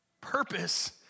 Purpose